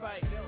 fight